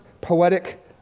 poetic